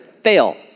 Fail